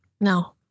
No